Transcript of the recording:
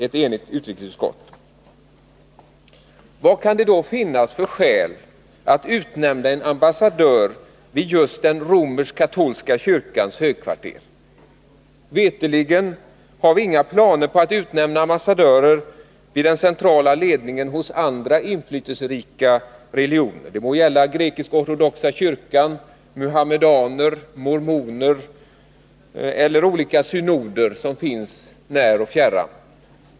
ett enigt utrikesutskott. Vad kan det då finnas för skäl att utnämna en ambassadör vid just den romersk-katolska kyrkans högkvarter? Veterligen har vi inga planer på att utnämna ambassadörer vid den centrala ledningen hos andra inflytelserika religioner — det må gälla grekisk-ortodoxa kyrkan, muhammedaner, mormoner eller olika synoder som finns när och fjärran.